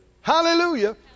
Hallelujah